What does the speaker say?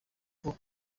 kuko